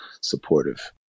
supportive